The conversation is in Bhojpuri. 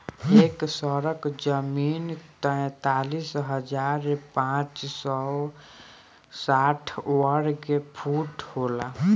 एक एकड़ जमीन तैंतालीस हजार पांच सौ साठ वर्ग फुट होला